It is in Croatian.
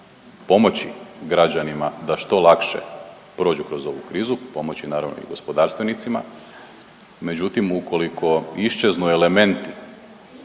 pomoći građanima da što lakše prođu kroz ovu krizu, pomoći naravno i gospodarstvenicima. Međutim, ukoliko iščeznu elementi